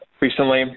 recently